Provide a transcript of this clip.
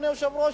אדוני היושב-ראש,